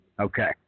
Okay